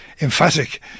emphatic